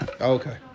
Okay